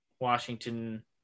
Washington